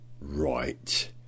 Right